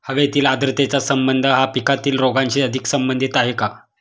हवेतील आर्द्रतेचा संबंध हा पिकातील रोगांशी अधिक संबंधित आहे का?